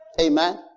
amen